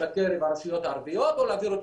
בקרב הרשויות הערביות או להעביר אותו